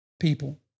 people